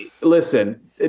Listen